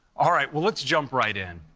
all right. well, let's jump right in.